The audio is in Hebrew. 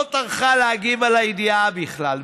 לא טרחה להגיב על הידיעה בכלל.